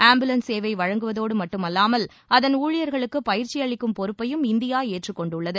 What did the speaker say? ஆம்புலன்ஸ சேவை வழங்குவதோடு மட்டுமல்லாமல் அதன் ஊழியர்களுக்கு பயிற்சி அளிக்கும் பொறுப்பையும் இந்தியா ஏற்றுக்கொண்டுள்ளது